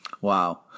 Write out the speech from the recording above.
Wow